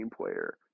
player